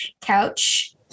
couch